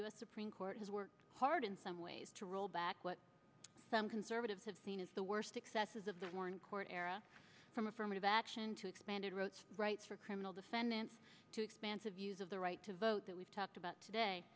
s supreme court has worked hard in some ways to roll back what some conservatives have seen as the worst excesses of the warren court era from affirmative action to expanded roache rights for criminal defendants to expansive use of the right to vote that we've talked about today